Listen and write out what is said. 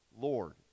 Lord